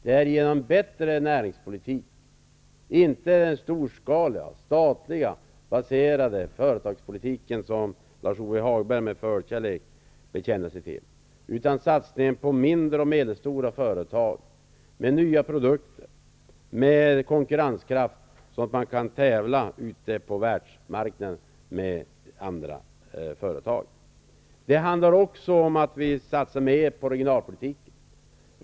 Det är genom en bättre näringspolitik -- inte genom den storskaliga statligt baserade företagspolitiken som Lars-Ove Hagberg med förkärlek bekänner sig till -- och satsningen på mindre och medelstora företag med nya produkter med konkurrenskraft som vi kan tävla med andra företag på världsmarknaden. Det handlar också om att vi satsar mer på regionalpolitiken.